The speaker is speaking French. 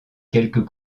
quelques